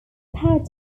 pad